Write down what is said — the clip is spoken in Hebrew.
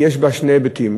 יש בה שני היבטים.